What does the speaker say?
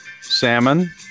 Salmon